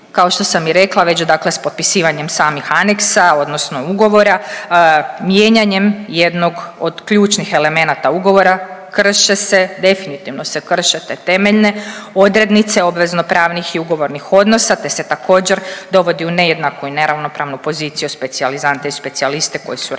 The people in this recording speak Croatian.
Kao što sam i rekla već, dakle s potpisivanjem samih aneksa odnosno ugovora, mijenjanjem jednog od ključnih elemenata ugovora krše se, definitivno se krše te temeljne odrednice obvezno-pravnih i ugovornih odnosa, te se također dovodi u nejednaku i neravnopravnu poziciju specijalizante i specijaliste koji su ranije